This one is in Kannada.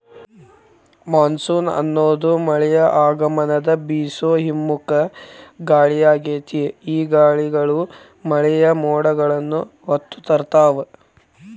ಮಾನ್ಸೂನ್ ಅನ್ನೋದು ಮಳೆಯ ಆಗಮನದ ಬೇಸೋ ಹಿಮ್ಮುಖ ಗಾಳಿಯಾಗೇತಿ, ಈ ಗಾಳಿಗಳು ಮಳೆಯ ಮೋಡಗಳನ್ನ ಹೊತ್ತು ತರ್ತಾವ